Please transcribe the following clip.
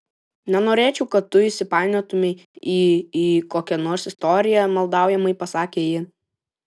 nenorėčiau kad tu įsipainiotumei į į kokią nors istoriją maldaujamai pasakė ji